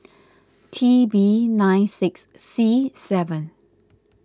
T B nine six C seven